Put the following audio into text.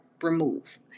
Remove